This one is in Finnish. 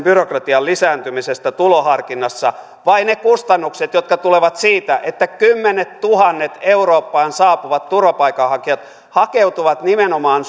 byrokratian lisääntymisestä tuloharkinnassa vai ne kustannukset jotka tulevat siitä että kymmenettuhannet eurooppaan saapuvat turvapaikanhakijat hakeutuvat nimenomaan